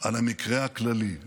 על המקרה הכללי.